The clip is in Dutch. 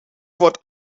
wordt